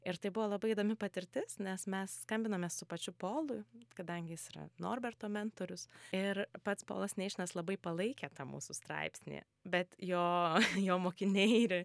ir tai buvo labai įdomi patirtis nes mes skambinomės su pačiu polu kadangi jis yra norberto mentorius ir pats polas neišnas labai palaikė tą mūsų straipsnį bet jo jo mokiniai ir